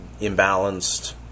imbalanced